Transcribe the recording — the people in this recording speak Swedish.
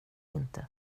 inte